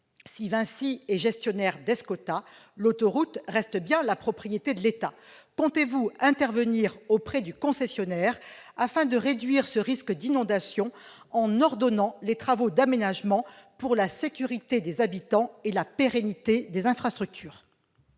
si Vinci est gestionnaire d'Escota, l'autoroute reste bien la propriété de l'État. Comptez-vous donc intervenir auprès du concessionnaire afin de réduire le risque d'inondation en ordonnant les travaux d'aménagement nécessaires à la sécurité des habitants et à la pérennité des infrastructures ?